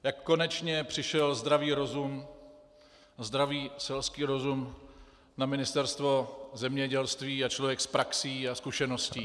Jak konečně přišel zdravý rozum, zdravý selský rozum na Ministerstvo zemědělství a člověk s praxí a zkušeností.